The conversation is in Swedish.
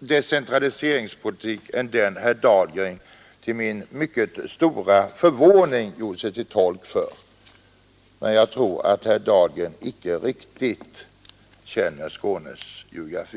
decentraliseringspolitik än den herr Dahlgren till min mycket stora förvåning gjorde sig till tolk för, kanske är det så att herr Dahlgren icke riktigt känner till Skånes geografi.